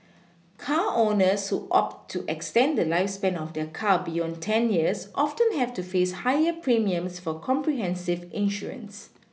car owners who opt to extend the lifespan of their car beyond ten years often have to face higher premiums for comprehensive insurance